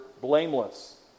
blameless